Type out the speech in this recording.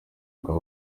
bwa